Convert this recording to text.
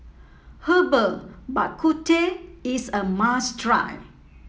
Herbal Bak Ku Teh is a must try